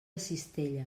cistella